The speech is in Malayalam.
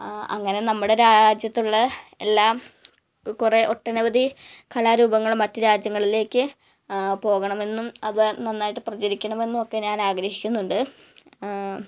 അങ്ങനെ നമ്മുടെ രാജ്യത്തുള്ള എല്ലാ കുറെ ഒട്ടനവധി കലാരൂപങ്ങളും മറ്റ് രാജ്യങ്ങൾലേക്ക് പോകണമെന്നും അത് നന്നായിട്ട് പ്രചരിക്കണമെന്നുമൊക്കെ ഞാനാഗ്രഹിക്കുന്നുണ്ട്